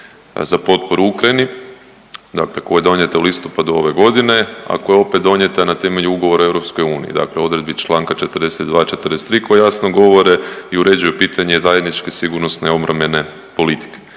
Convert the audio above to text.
za potporu Ukrajini dakle koja je donijeta u listopadu ove godine, a koja je opet donijeta na temelju Ugovora o EU, dakle odredbi članka 42., 43. koji jasno govore i uređuju pitanje zajedničke sigurnosne obrambene politike.